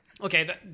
Okay